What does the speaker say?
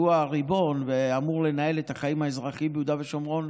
שהוא הריבון ואמור לנהל את החיים האזרחיים ביהודה ושומרון,